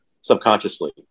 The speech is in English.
subconsciously